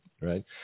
right